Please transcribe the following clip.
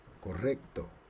Correcto